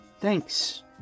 thanks